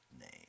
name